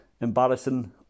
embarrassing